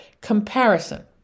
comparison